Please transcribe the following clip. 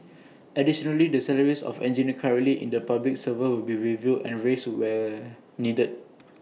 additionally the salaries of engineers currently in the Public Service will be reviewed and raised where needed